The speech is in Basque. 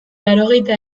laurogeita